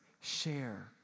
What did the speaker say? share